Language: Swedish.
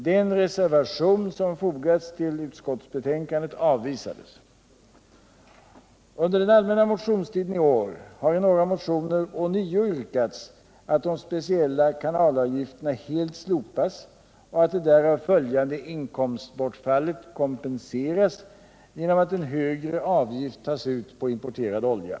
Den reservation som hade fogats till utskottsbetänkandet avvisades. Under den allmänna motionstiden i år har i några motioner ånyo yrkats att de speciella kanalavgifterna helt slopas och att det därav följande inkomstbortfallet kompenseras genom att en högre avgift tas ut på importerad olja.